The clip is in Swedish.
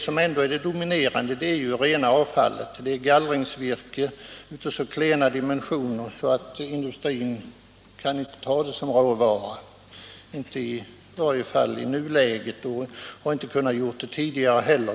Dominerande när det gäller vedbränsle är ändå rena avfallet — gallringsvirke av så klena dimensioner att industrin varken nu eller tidigare har kunnat ta det som råvara.